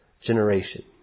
generation